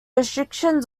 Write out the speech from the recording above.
restrictions